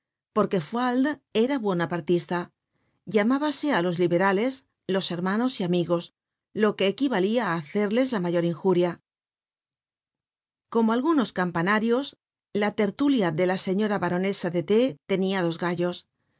porque fualdes era buonapartista llamábase á los liberales los hermanos y amigos lo que equivalia á hacerles la mayor injuria como algunos campanarios la tertulia de la señora baronesa de t tenia dos gallos